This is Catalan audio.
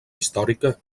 històrica